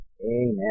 Amen